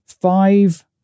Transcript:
five